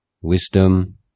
wisdom